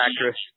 actress